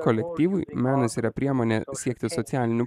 kolektyvui menas yra priemonė siekti socialinių